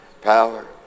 power